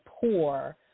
poor